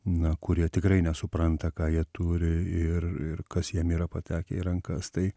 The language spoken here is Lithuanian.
na kurie tikrai nesupranta ką jie turi ir ir kas jiem yra patekę į rankas tai